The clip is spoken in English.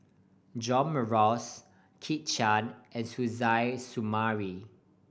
John Morrice Kit Chan and Suzairhe Sumari